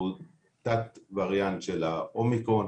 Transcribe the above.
שהוא תת וריאנט של האומיקרון.